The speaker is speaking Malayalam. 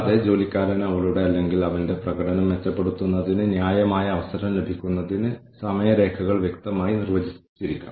അതുപോലെ നമുക്ക് നിലവിൽ എത്ര പണമുണ്ട് ഏതുതരം തന്ത്രമാണ് നമുക്ക് സ്വീകരിക്കേണ്ടതെന്ന് നിർണ്ണയിക്കും